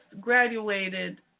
graduated